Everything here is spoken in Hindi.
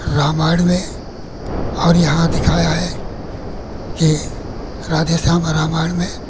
रामायण में और यहाँ दिखाया है कि राधेश्याम रामायण में